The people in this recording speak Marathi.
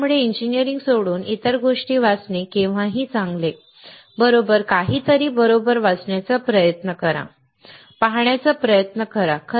त्यामुळे इंजिनीअरिंग सोडून इतर गोष्टी वाचणे केव्हाही चांगले बरोबर काहीतरी बरोबर वाचण्याचा प्रयत्न करा पाहण्याचा प्रयत्न करा